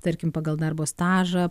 tarkim pagal darbo stažą